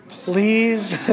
Please